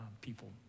people